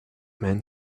men